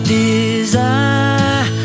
desire